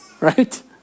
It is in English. right